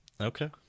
okay